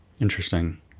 Interesting